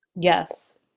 Yes